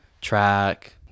track